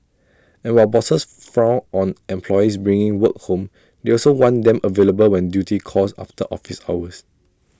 and while bosses frown on employees bringing work home they also want them available when duty calls after office hours